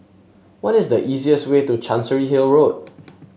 what is the easiest way to Chancery Hill Road